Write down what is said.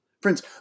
Friends